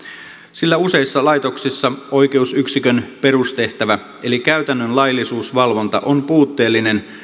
sillä useissa laitoksissa oikeusyksikön perustehtävä eli käytännön laillisuusvalvonta on puutteellinen